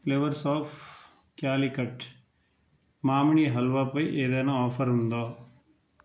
flavours of Calicut మామిడి హల్వాపై ఏదైనా ఆఫర్ ఉందా